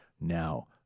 now